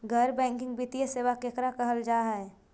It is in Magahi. गैर बैंकिंग वित्तीय सेबा केकरा कहल जा है?